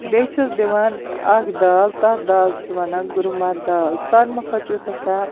بیٚیہِ چھِس دِوان اکھ دال تتھ دال چھِ وَنان رُماہ دال ساروٕیو کھۄتہ یُس ہَسا